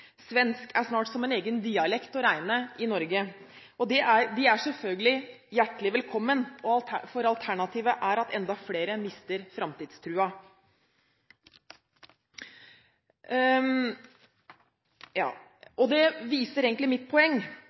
Svensk er snart som en egen dialekt å regne i Norge. De er selvfølgelig hjertelig velkommen, for alternativet er at enda flere mister framtidstroen. Dette viser egentlig mitt poeng,